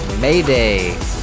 Mayday